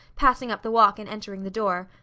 passing up the walk and entering the door.